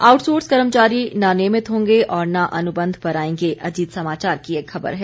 outsource कर्मचारी न नियमित होंगे और न अनुबंध पर आएंगे अजीत समाचार की एक खबर है